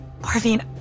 Marvin